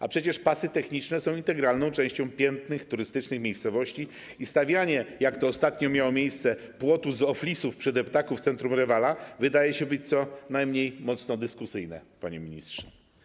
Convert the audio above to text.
A przecież pasy techniczne są integralną częścią pięknych, turystycznych miejscowości i stawianie - jak to ostatnio miało miejsce - płotu z oflisów przy deptaku w centrum Rewala wydaje się co najmniej mocno dyskusyjne, panie ministrze.